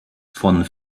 von